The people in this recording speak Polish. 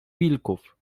wilków